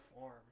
farm